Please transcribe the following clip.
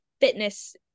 fitness